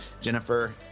Jennifer